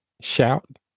shout